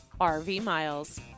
RVMILES